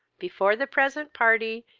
before the present party,